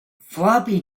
floppy